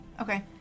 Okay